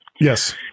Yes